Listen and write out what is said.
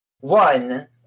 one